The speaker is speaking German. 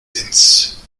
ins